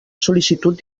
sol·licitud